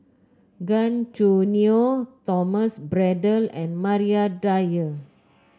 Gan Choo Neo Thomas Braddell and Maria Dyer